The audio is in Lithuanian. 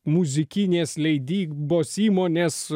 muzikinės leidybos įmonės